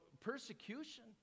persecution